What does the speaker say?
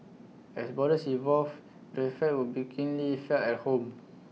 as borders evolve the effects would be keenly felt at home